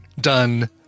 done